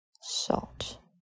salt